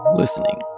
listening